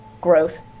growth